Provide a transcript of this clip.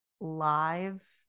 live